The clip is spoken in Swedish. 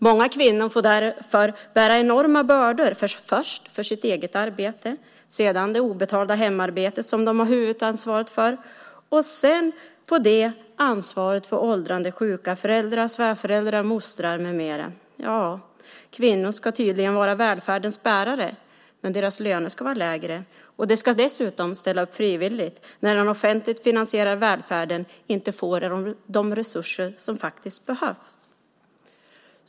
Många kvinnor får därför bära enorma bördor, först sitt eget arbete, sedan det obetalda hemarbete som de har huvudansvaret för och ovanpå det ansvaret för åldrande, sjuka föräldrar, svärföräldrar, mostrar med flera. Ja, kvinnorna ska tydligen vara välfärdens bärare, men deras löner ska vara lägre. De ska dessutom ställa upp frivilligt när den offentligt finansierade välfärden inte får de resurser som faktiskt behövs.